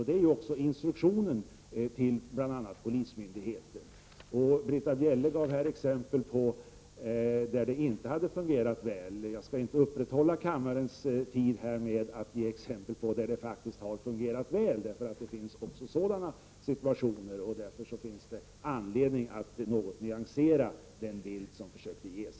Det är också instruktionen till bl.a. polismyndigheten. Britta Bjelle gav exempel på när detta inte hade fungerat. Jag skall inte uppehålla kammarens tid med att ge exempel på när det faktiskt har fungerat väl — det finns också sådana situationer. Därför finns det anledning att något nyansera den bild som gavs här.